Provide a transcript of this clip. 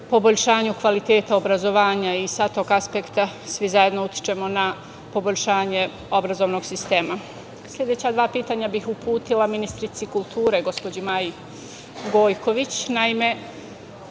poboljšanju kvaliteta obrazovanja i sa tog aspekta svi zajedno utičemo na poboljšanje obrazovnog sistema. Sledeća dva pitanja bih uputila ministrici kulture, gospođi Maji Gojković. Naime,